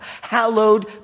Hallowed